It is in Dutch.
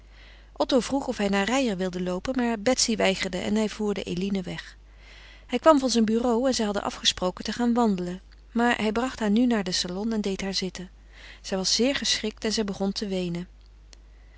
otto vroeg of hij naar reijer wilde loopen maar betsy weigerde en hij voerde eline weg hij kwam van zijn bureau en zij hadden afgesproken te gaan wandelen maar hij bracht haar nu naar den salon en deed haar zitten zij was zeer geschrikt en zij begon te weenen